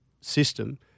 system